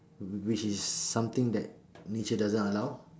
wh~ which is something that nature doesn't allow